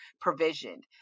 provisioned